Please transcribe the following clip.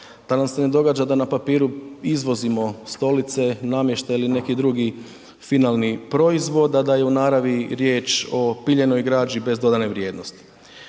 da nam se ne događa da na papiru izvozimo stolice, namještaj ili neki drugi finalni proizvod, a da je u naravi riječ o piljenoj građi bez dodane vrijednosti.